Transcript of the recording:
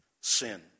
sin